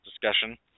discussion